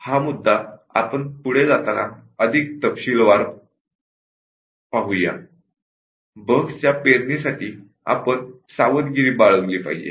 तर हा मुद्दा आपण पुढे जाताना अधिक तपशीलवार पाहू की बग सीड करताना आपण सावधगिरी बाळगली पाहिजे